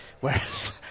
whereas